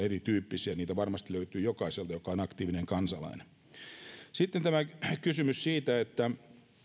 erityyppisiä järjestötaustoja niitä varmasti löytyy jokaiselta joka on aktiivinen kansalainen sitten kysymys siitä että